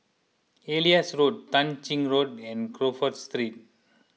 Elias Road Tah Ching Road and Crawford Street